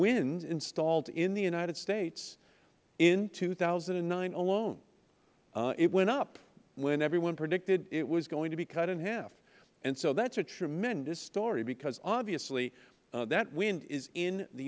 wind installed in the united states in two thousand and nine alone it went up when everybody predicted it was going to be cut in half and so that is a tremendous story because obviously that wind is in the